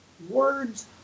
words